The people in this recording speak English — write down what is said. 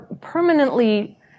permanently